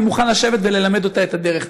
אני מוכן לשבת וללמד אותה את הדרך,